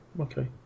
Okay